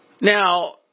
Now